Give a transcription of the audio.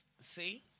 See